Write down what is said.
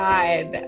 God